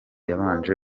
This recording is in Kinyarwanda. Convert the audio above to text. yabanje